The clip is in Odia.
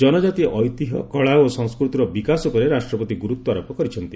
ଜନକାତି ଐତିହ୍ୟ କଳା ଓ ସଂସ୍କୃତିର ବିକାଶ ଉପରେ ରାଷ୍ଟ୍ରପତି ଗୁରୁତ୍ୱାରୋପ କରିଛନ୍ତି